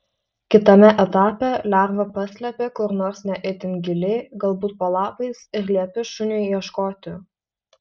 kitame etape lervą paslepi kur nors ne itin giliai galbūt po lapais ir liepi šuniui ieškoti